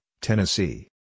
Tennessee